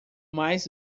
mais